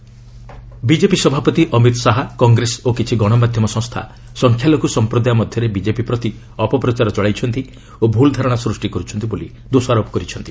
Amit Shah minority BJP ସଭାପତି ଅମିତ ଶାହା କଂଗ୍ରେସ ଓ କିଛି ଗଣମାଧ୍ୟମ ସଂସ୍ଥା ସଂଖ୍ୟାଲଘୁ ସଂପ୍ରଦାୟ ମଧ୍ୟରେ ବିଜେପି ପ୍ରତି ଅପପ୍ରଚାର ଚଳାଇଛନ୍ତି ଓ ଭୁଲ୍ ଧାରଣା ସ୍ନୁଷ୍ଟି କରୁଛନ୍ତି ବୋଲି ଦୋଷାରୋପ କରିଛନ୍ତି